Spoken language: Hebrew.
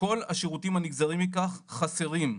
וכל השירותים הנגזרים מכך חסרים..",